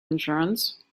insurance